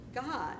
God